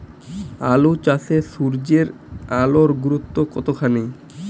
আলু চাষে সূর্যের আলোর গুরুত্ব কতখানি?